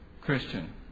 Christian